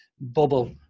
bubble